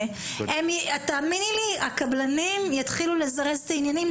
תאמיני לי שהקבלנים יתחילו לזרז עניינים,